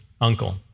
uncle